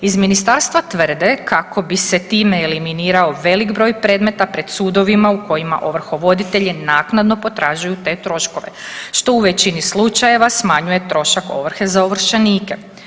Iz ministarstva tvrde kako bi se time eliminirao velik broj predmeta pred sudovima u kojima ovrhovoditelji naknadno potražuju te troškove što u većini slučajeva smanjuje trošak ovrhe za ovršenike.